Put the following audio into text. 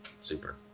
Super